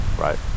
right